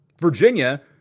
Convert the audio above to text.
Virginia